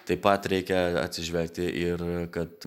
taip pat reikia atsižvelgti ir kad